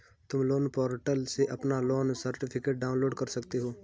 तुम loan portal से अपना लोन सर्टिफिकेट डाउनलोड कर सकते हो